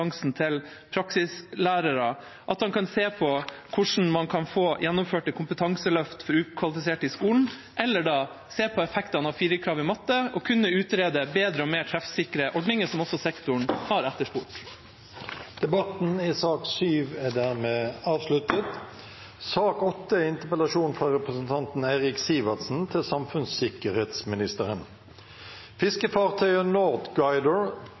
kompetansen til praksislærere, se på hvordan man kan få gjennomført et kompetanseløft for ukvalifiserte i skolen, eller se på effekten av 4-krav i matte og utrede bedre og mer treffsikre ordninger, som også sektoren har etterspurt. Flere har ikke bedt om ordet til sak nr. 7. La meg først få lov til å gratulere statsråden med posten og ønske henne velkommen til Stortinget. Norge er i